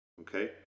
okay